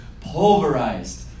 pulverized